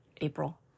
April